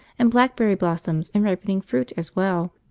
and blackberry blossoms and ripening fruit as well.